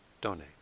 donate